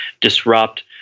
disrupt